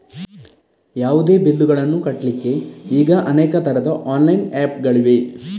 ಯಾವುದೇ ಬಿಲ್ಲುಗಳನ್ನು ಕಟ್ಲಿಕ್ಕೆ ಈಗ ಅನೇಕ ತರದ ಆನ್ಲೈನ್ ಆಪ್ ಗಳಿವೆ